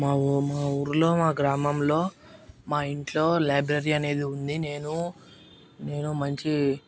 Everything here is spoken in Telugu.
మావ్ మా ఊరిలో మా గ్రామంలో మా ఇంట్లో లైబ్రరీ అనేది ఉంది నేను నేను మంచి